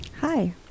Hi